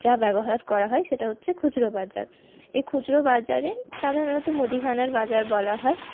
যা ব্যবহার করা হয় সেটা হচ্ছে খুচরো বাজার এই খুচরো বাজারে সাধারণত মুদিখানার বাজার বলা হয়